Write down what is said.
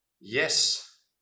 yes